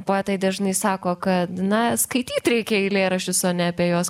poetai dažnai sako kad na skaityt reikia eilėraščius o ne apie juos